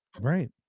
Right